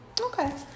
Okay